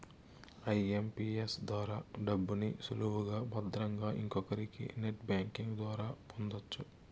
IMPS ద్వారా డబ్బుని సులువుగా భద్రంగా ఇంకొకరికి నెట్ బ్యాంకింగ్ ద్వారా పొందొచ్చు